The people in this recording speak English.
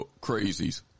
crazies